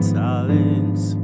talents